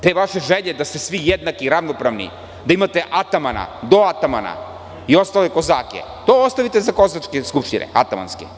Te vaše želje da ste svi jednaki i ravnopravni, da imate atamana, doatamana i ostale kozake, to ostavite za kozačke skupštine, atamanske.